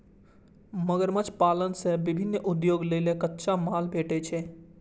मगरमच्छ पालन सं विभिन्न उद्योग लेल कच्चा माल भेटै छै